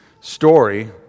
story